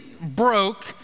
broke